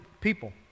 people